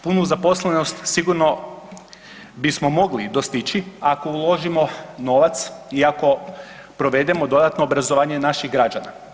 Punu zaposlenost sigurno bismo mogli dostići ako uložimo novac i ako provedemo dodatno obrazovanje naših građana.